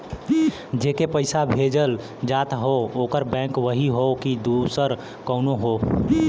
जेके पइसा भेजल जात हौ ओकर बैंक वही हौ कि दूसर कउनो हौ